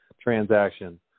transaction